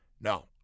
No